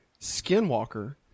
Skinwalker